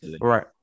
Right